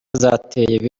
zateye